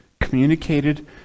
communicated